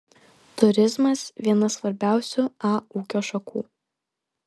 turizmas viena svarbiausių a ūkio šakų